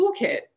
toolkit